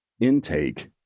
intake